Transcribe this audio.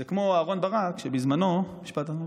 זה כמו שאהרן ברק, שבזמנו, משפט אחרון,